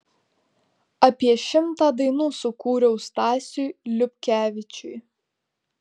apie šimtą dainų sukūriau stasiui liupkevičiui